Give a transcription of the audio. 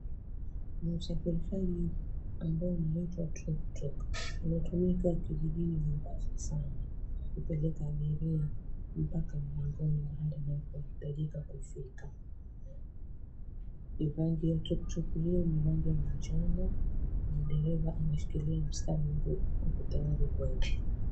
Ni usafirishaji ambao unaitwa tuktuk unatumika kijijini mombasa sana kupeleka abiria mpaka mlangoni mahali anakohitajika kufika, rangi ya tuktuk hio ni rangi ya manjano na dereva ameshikilia usukani ako tayari kwenda.